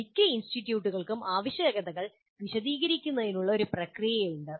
മിക്ക ഇൻസ്റ്റിറ്റ്യൂട്ടുകൾക്കും ആവശ്യകതകൾ വിശദീകരിക്കുന്നതിനുള്ള ഒരു പ്രക്രിയയുണ്ട്